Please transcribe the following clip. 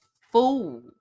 fool